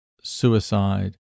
suicide